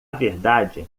verdade